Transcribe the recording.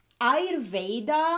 ayurveda